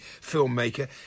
Filmmaker